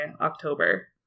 October